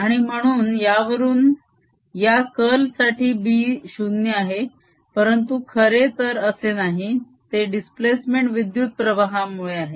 आणि म्हणून यावरून या कर्ल साठी B 0 आहे परंतु खरे तर असे नाही ते दिस्प्लेसमेंट विद्युत प्रवाहामुळे आहे